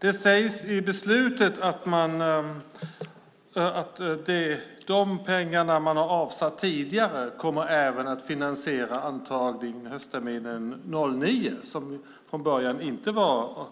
Det sägs i beslutet att de pengar man har avsatt tidigare även kommer att finansiera antagningen höstterminen 2009, som från början inte var